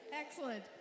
Excellent